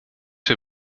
wir